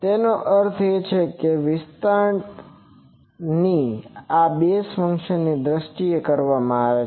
તેનો અર્થ એ છે કે વિસ્તરણ આ બેઝીસ ફંક્શનની દ્રષ્ટિએ કરવામાં આવે છે